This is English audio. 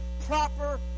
proper